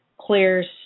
clears